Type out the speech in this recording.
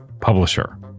publisher